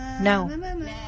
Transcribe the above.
No